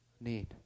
need